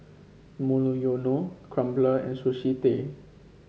Monoyono Crumpler and Sushi Tei